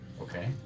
Okay